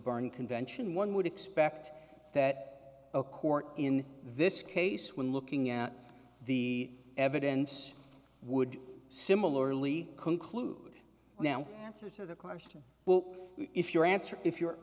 barn convention one would expect that a court in this case when looking at the evidence would similarly conclude now answer to the question what if your answer if your